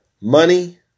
Money